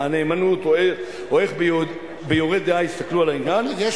הנאמנות או איך ב'יורה דעה' יסתכלו על העניין" --- יש